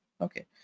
okay